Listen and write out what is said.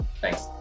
thanks